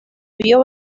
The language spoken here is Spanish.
vio